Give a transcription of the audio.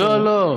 משהו?